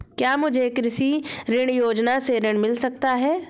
क्या मुझे कृषि ऋण योजना से ऋण मिल सकता है?